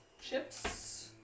chips